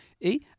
et